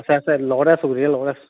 আছে আছে লগতে আছো গোটেইকেইটা লগতে আছো